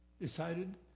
decided